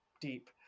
deep